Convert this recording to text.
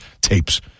tapes